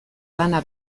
lana